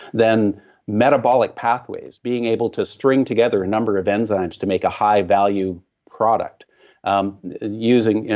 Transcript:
then metabolic pathways. being able to string together a number of enzymes to make a high value product um using,